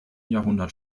jahrhundert